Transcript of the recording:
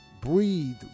breathe